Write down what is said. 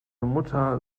mutter